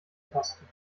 tasten